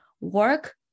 work